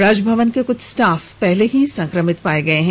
राजभवन के कुछ स्टाफ पहले ही संक्रमित पाए गए हैं